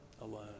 alone